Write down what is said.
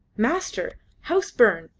master! house burn!